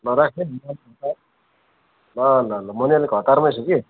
ल राखेँ ल ल ल म नि अलिक हतारमै छु कि